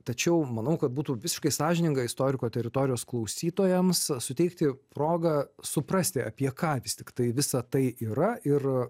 tačiau manau kad būtų visiškai sąžininga istoriko teritorijos klausytojams suteikti progą suprasti apie ką vis tiktai visa tai yra ir